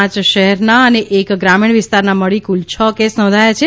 પાંચ શહેરના અને એક ગ્રામીણ વિસ્તાર મળી કુલ છ કેસ નોંધાયા છે